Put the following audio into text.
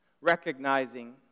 recognizing